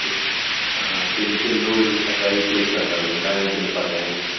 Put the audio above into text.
ആ അതെനിക്കെന്തോ ഒരു അതായിപ്പോയി സാർ അതു കൊണ്ടാണ് ഞാൻ പിന്നെ പറയാഞ്ഞത്